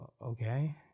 okay